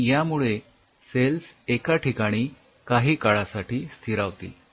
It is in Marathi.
आणि यामुळे सेल्स एका ठिकाणी काही काळासाठी स्थिरावतील